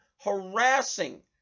harassing